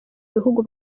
bihugu